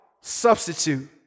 substitute